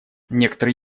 некоторые